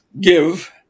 give